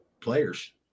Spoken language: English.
Players